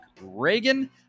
Reagan